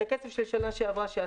את הכסף שאספתי של השנה שעברה.